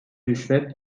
rüşvet